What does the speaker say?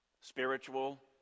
Spiritual